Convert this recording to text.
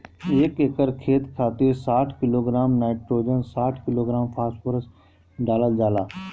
एक एकड़ खेत खातिर साठ किलोग्राम नाइट्रोजन साठ किलोग्राम फास्फोरस डालल जाला?